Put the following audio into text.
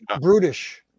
brutish